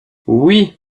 oui